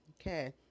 okay